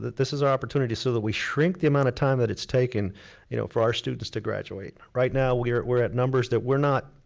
this is our opportunity so that we shrink the amount of time that it's taking you know for our students to graduate. right now we're we're at numbers that we're not,